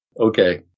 Okay